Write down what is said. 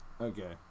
Okay